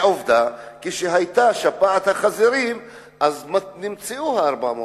עובדה, כשהיתה שפעת החזירים נמצאו 450 מיליון.